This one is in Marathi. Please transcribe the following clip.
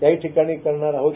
त्याही ठिकाणी करणार आहोत